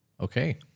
Okay